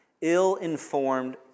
ill-informed